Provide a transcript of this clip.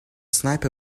sniper